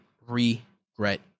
regret